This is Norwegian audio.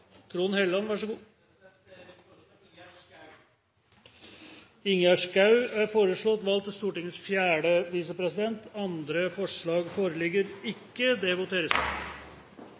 er foreslått valgt til Stortingets første visepresident. Andre forslag foreligger ikke. Det